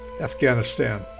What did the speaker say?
Afghanistan